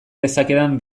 dezakedan